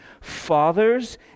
Fathers